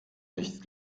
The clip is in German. nicht